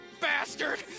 bastard